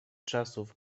czasów